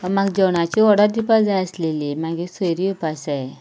म्हाका जेवणाची ऑडर दिवपा जाय आसलेली मागीर सयरी येवपा आसा